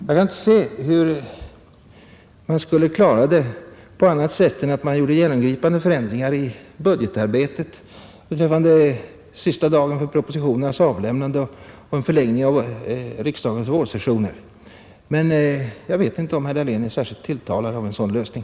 Jag kan inte se att denna sak skulle kunna klaras av på annat sätt än genom att man vidtar genomgripande förändringar när det gäller budgetarbetet, i fråga om sista dagen för propositionernas avlämnande och genom en förlängning av riksdagens vårsessioner. Men jag vet inte om herr Dahlén är så tilltalad av en sådan lösning.